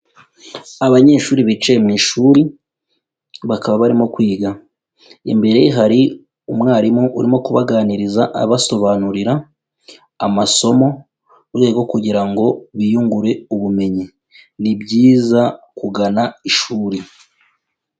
Abanyeshuri bicaye mu ishuri bakaba barimo kwiga, imbere hari umwarimu urimo kubaganiriza abasobanurira amasomo mu rwego rwo kugira ngo biyungure ubumenyi, ni byiza kugana ishuri.